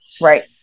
Right